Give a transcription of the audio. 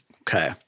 Okay